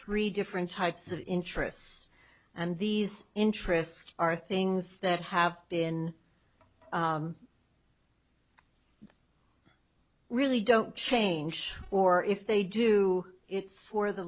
three different types of interests and these interests are things that have been really don't change or if they do it's for the